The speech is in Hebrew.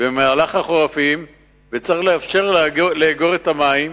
במהלך החורפים וצריך לאפשר לאגור את המים.